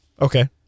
Okay